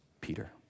Peter